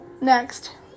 next